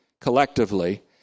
collectively